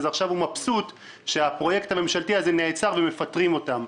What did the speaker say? אז עכשיו הוא מבסוט שהפרויקט הממשלתי הזה נעצר ומפטרים אותן.